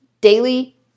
daily